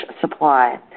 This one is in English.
supply